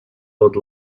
old